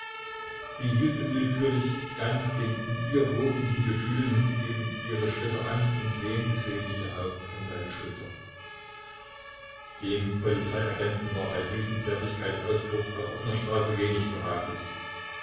sie hielt unwillkürlich ganz den in ihr wogenden gefühlen hingegeben ihre schritte an und lehnte selig ihr haupt an seine schulter dem polizeiagenten war bei diesem zärtlichkeitsausbruch auf offener straße wenig behaglich